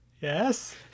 Yes